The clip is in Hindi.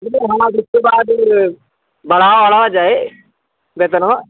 हाँ इसके बाद बढ़ावा ओढ़ावा जाइ वेतनवा